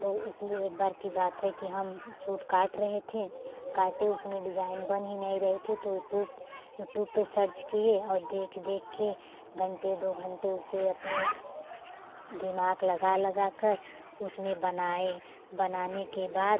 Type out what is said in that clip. तो इसलिए एक बार की बात है कि हम सूट काट रहे थे काटे उसमें डिजाइन बन ही नहीं रही थी तो यूटूप यूटूप पे सर्च किए और देख देख के घंटे दो घंटे उसे अपने दिमाग लगा लगा कर उसमें बनाए बनाने के बाद